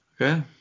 Okay